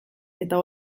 eta